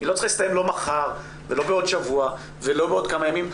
לא מחר ולא בעוד שבוע ולא בעוד כמה ימים.